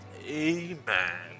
amen